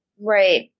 Right